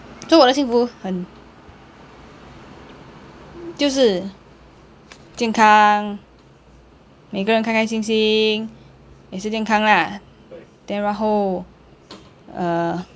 就我的幸福就是健康每个人开开心心也是健康 lah then 然后 uh